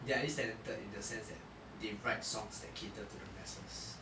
they are at least talented in the sense that they write songs that cater to the masses